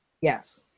Yes